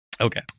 Okay